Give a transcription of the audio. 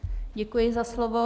Děkuji za slovo.